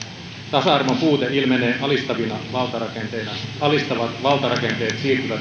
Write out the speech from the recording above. tasa arvon puute ilmenee alistavina valtarakenteina alistavat valtarakenteet